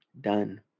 Done